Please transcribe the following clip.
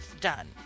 done